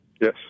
Yes